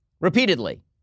repeatedly